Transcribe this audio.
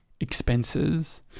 expenses